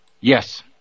Yes